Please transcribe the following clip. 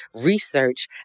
research